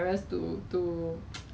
I think it's because right um